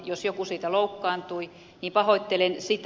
jos joku siitä loukkaantui niin pahoittelen sitä